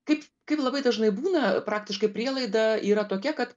kaip kaip labai dažnai būna praktiškai prielaida yra tokia kad